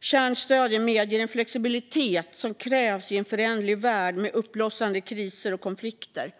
Kärnstödet medger en flexibilitet som krävs i en föränderlig värld med uppblossande kriser och konflikter.